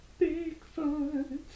Bigfoot